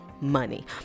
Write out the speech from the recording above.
money